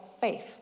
faith